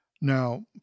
Now